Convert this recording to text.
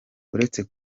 uretse